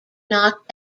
knock